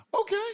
Okay